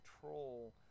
control